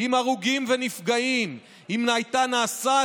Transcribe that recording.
עם הרוגים ונפגעים, אם הייתה נעשית